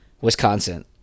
Wisconsin